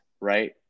right